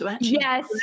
Yes